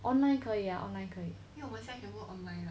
online 可以 ah online 可以